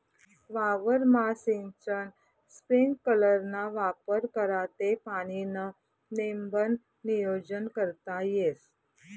वावरमा सिंचन स्प्रिंकलरना वापर करा ते पाणीनं नेमबन नियोजन करता येस